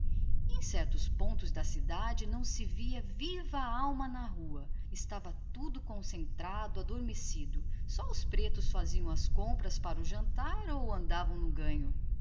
em certos pontos não se encontrava viva alma na rua tudo estava concentrado adormecido só os pretos faziam as compras para o jantar ou andavam no ganho